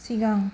सिगां